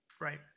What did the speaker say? Right